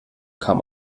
kam